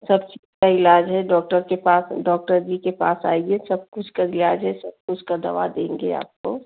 सब चीज़ का इलाज है डॉक्टर के पास डॉक्टर जी के पास आइए सब कुछ का इलाज है सब कुछ का दवा देंगे आपको